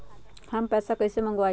हम पैसा कईसे मंगवाई?